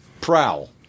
Prowl